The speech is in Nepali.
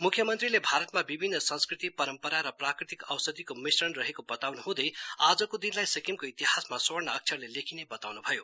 म्ख्यमन्त्रीले भारतमा विभिन्न संस्कृति परम्परा र प्राकृतिक औषधिको मिक्षण रहेको बताउन्हँदै आजको दिनलाई सिक्किमको इतिहासमा स्वर्ण अक्षरले लेखिने बताउन् भयो